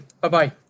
bye-bye